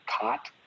caught